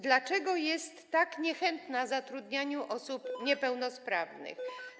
Dlaczego jest tak niechętna zatrudnianiu osób niepełnosprawnych?